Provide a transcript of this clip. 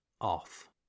off